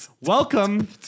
Welcome